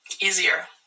easier